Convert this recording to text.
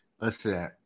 Listen